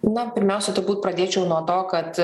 na pirmiausia turbūt pradėčiau nuo to kad